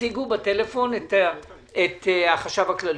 שתשיגו בטלפון את החשב הכללי.